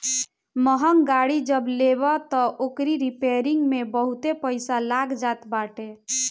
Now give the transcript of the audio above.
महंग गाड़ी जब लेबअ तअ ओकरी रिपेरिंग में बहुते पईसा लाग जात बाटे